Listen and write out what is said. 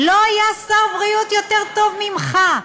לא היה שר בריאות יותר טוב ממך.